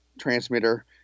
transmitter